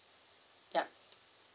yup